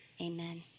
amen